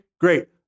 great